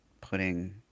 putting